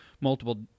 multiple